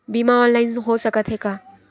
बीमा ऑनलाइन हो सकत हे का?